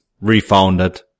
refounded